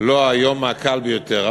היום הקל ביותר.